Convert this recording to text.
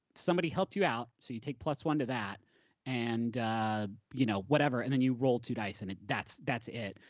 somebody helped you out, so you take plus one to that and ah you know whatever, and then you roll two dice and that's that's it.